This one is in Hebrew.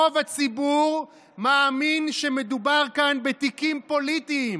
רוב הציבור מאמין שמדובר כאן בתיקים פוליטיים,